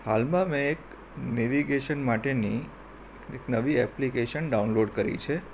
હાલમાં મેં એક નેવિગેશન માટેની એક નવી એપ્લિકેશન ડાઉનલોડ કરી છે